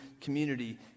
community